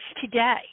today